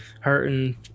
hurting